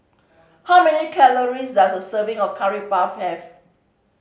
how many calories does a serving of Curry Puff have